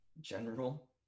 general